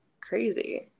Crazy